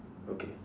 okay